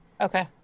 Okay